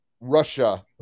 Russia